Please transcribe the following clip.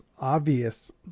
obvious